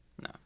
No